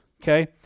okay